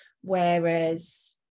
Whereas